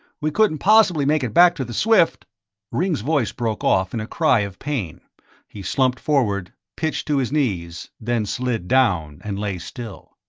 we couldn't possibly make it back to the swift ringg's voice broke off in a cry of pain he slumped forward, pitched to his knees, then slid down and lay still.